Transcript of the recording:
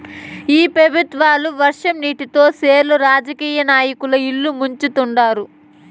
ఈ పెబుత్వాలు వర్షం నీటితో సెర్లు రాజకీయ నాయకుల ఇల్లు ముంచుతండారు